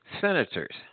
senators